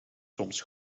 soms